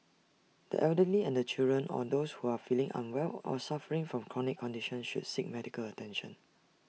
the elderly and children or those who are feeling unwell or suffering from chronic conditions should seek medical attention